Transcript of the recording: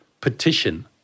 petition